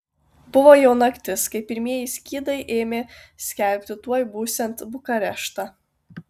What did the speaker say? buvo jau naktis kai pirmieji skydai ėmė skelbti tuoj būsiant bukareštą